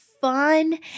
fun